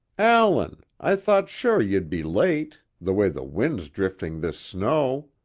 allan! i thought sure you'd be late, the way the wind's drifting this snow.